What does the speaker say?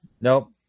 Nope